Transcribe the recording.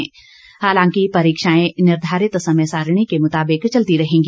इस दौरान परीक्षाएं निर्धारित समय सारिणी के मुताबिक चलती रहेंगी